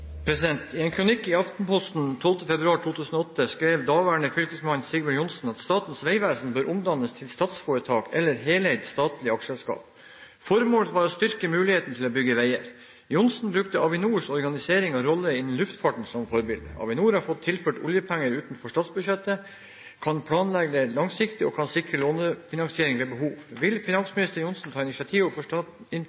kronikk i Aftenposten 12. februar 2008 skrev daværende fylkesmann Sigbjørn Johnsen at Statens vegvesen bør omdannes til statsforetak eller heleid statlig aksjeselskap. Formålet var å styrke muligheten til å bygge veier. Johnsen brukte Avinors organisering og rolle innen luftfarten som forbilde. Avinor har fått tilført oljepenger utenfor statsbudsjettet, kan planlegge langsiktig og kan sikre lånefinansiering ved behov. Vil